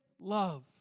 love